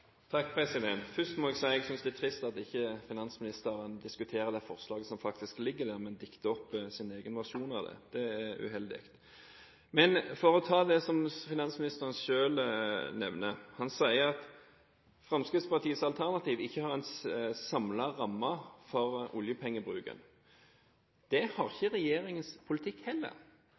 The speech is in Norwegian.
trist at ikke finansministeren diskuterer det forslaget som faktisk ligger der, men dikter opp sin egen versjon av det. Det er uheldig. Men for å ta det finansministeren selv nevner: Han sier at Fremskrittspartiets alternativ ikke har en samlet ramme for oljepengebruken. Det har ikke regjeringens politikk heller,